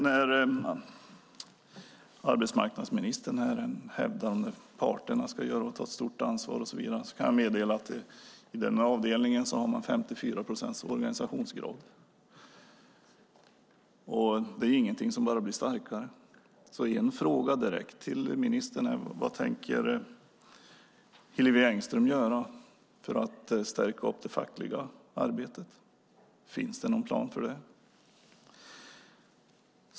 När arbetsmarknadsministern här hävdar att parterna ska ta ett stort ansvar kan jag meddela att man i den här avdelningen har en organisationsgrad på 54 procent, och den är inget som bara blir starkare. En fråga direkt till ministern är: Vad tänker Hillevi Engström göra för att stärka det fackliga arbetet? Finns det någon plan för det?